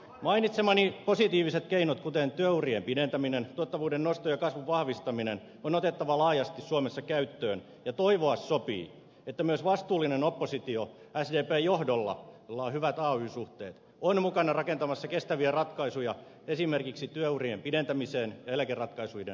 mainitsemani positiiviset keinot kuten työurien pidentäminen tuottavuuden nosto ja kasvun vahvistaminen on otettava laajasti suomessa käyttöön ja toivoa sopii että myös vastuullinen oppositio sdpn johdolla jolla on hyvät ay suhteet on mukana rakentamassa kestäviä ratkaisuja esimerkiksi työurien pidentämisen ja eläkeratkaisuiden osalta